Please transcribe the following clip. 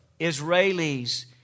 Israelis